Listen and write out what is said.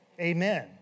Amen